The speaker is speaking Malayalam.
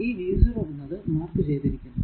ഈ v 0 എന്നത് മാർക്ക് ചെയ്തിരിക്കുന്നു